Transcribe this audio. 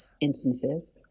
instances